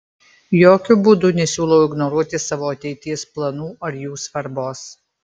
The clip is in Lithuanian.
jokiu būdu nesiūlau ignoruoti savo ateities planų ar jų svarbos